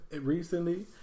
recently